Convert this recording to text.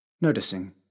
noticing